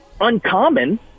uncommon